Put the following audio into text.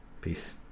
Peace